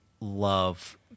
love